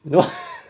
no